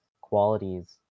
qualities